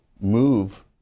move